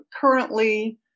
currently